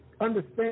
understand